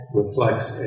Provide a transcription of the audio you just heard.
reflects